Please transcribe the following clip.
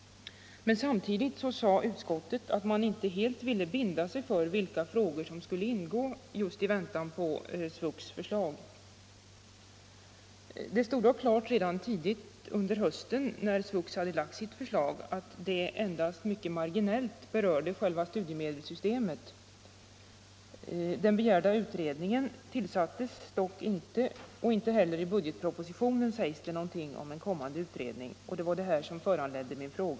Men samtidigt sade utskottet att man inte helt ville binda sig för vilka frågor som skulle ingå förrän förslaget från SVUX hade framlagts. När SVUX tidigt under hösten 1974 lade fram sitt förslag stod det dock klart att detta endast mycket marginellt berörde själva studiemedelssystemet. Den begärda utredningen tillsattes emellertid inte, och inte heller i budgetpropositionen sägs det någonting om en kommande utredning. Det var detta som föranledde min fråga.